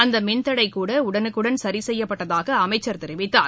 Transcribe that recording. அந்த மின்தடை கூட உடனுக்குடன் சரிசெய்யப்பட்டதாக அமைச்சர் தெரிவித்தார்